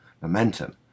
momentum